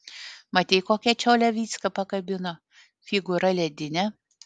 matei kokią čiolę vycka pakabino figūra ledinė